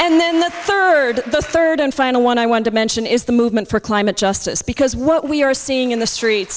and then the third the third and final one i want to mention is the movement for climate justice because what we are seeing in the street